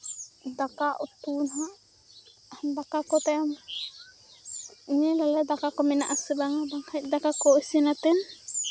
ᱫᱟᱠᱟᱼᱩᱛᱩ ᱦᱟᱸᱜ ᱫᱟᱠᱟᱠᱚ ᱛᱟᱭᱚᱢ ᱤᱧᱤᱧ ᱞᱟᱹᱭᱟ ᱫᱟᱠᱟᱠᱚ ᱢᱮᱱᱟᱜᱼᱟ ᱥᱮ ᱵᱟᱝ ᱵᱟᱝᱠᱷᱟᱡ ᱫᱟᱠᱟᱠᱚ ᱤᱥᱤᱱᱟᱛᱮ